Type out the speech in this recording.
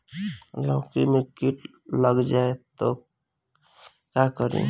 लौकी मे किट लग जाए तो का करी?